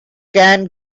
can